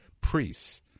priests